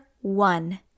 one